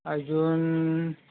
अजून